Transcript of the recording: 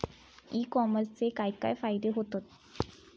E कॉमर्सचे काय काय फायदे होतत?